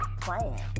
playing